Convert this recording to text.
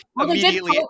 immediately